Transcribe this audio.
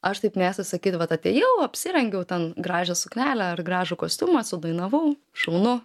aš taip mėgstu sakyt vat atėjau apsirengiau ten gražią suknelę ar gražų kostiumą sudainavau šaunu